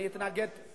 אני אתנגד לו.